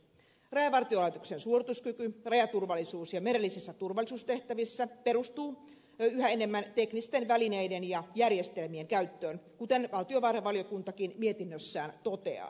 rajavartiolaitoksen suorituskyky rajaturvallisuus ja merellisissä turvallisuustehtävissä perustuu yhä enemmän teknisten välineiden ja järjestelmien käyttöön kuten valtiovarainvaliokuntakin mietinnössään toteaa